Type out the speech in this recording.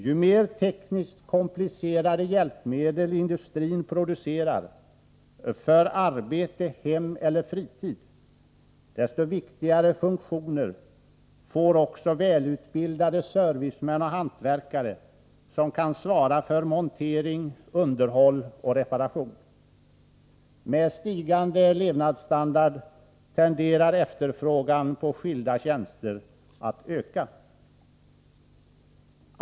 Ju mer tekniskt komplicerade hjälpmedel industrin producerar för arbete, hem eller fritid desto viktigare funktioner får också välutbildade servicemän och hantverkare som kan svara för montering, underhåll och reparation. Med stigande levnadsstandard tenderar efterfrågan på skilda tjänster att öka.